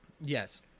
Yes